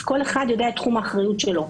אז כל אחד יודע את תחום האחריות שלו.